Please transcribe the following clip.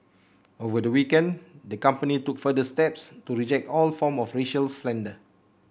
over the weekend the company took further steps to reject all form of racial slander